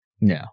No